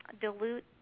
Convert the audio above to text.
dilute